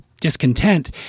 discontent